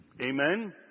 Amen